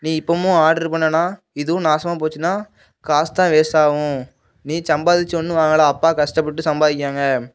நீ இப்பவும் ஆட்ரு பண்ணேன்னா இதுவும் நாசமாக போச்சுன்னா காசுதான் வேஸ்ட்டாகும் நீ சம்பாதித்து ஒன்றும் வாங்கலை அப்பா கஷ்டப்பட்டு சம்பாதிக்கிறாங்க